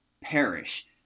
perish